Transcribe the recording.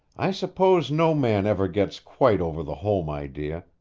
i suppose no man ever gets quite over the home idea,